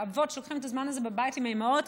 האבות שלוקחים את הזמן הזה בבית עם האימהות,